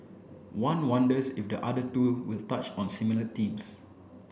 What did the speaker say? one wonders if the other two will touch on similar themes